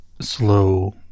slow